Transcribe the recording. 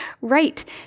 right